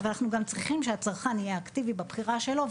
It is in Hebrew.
אנחנו גם צריכים שהצרכן יהיה אקטיבי בבחירה שלו.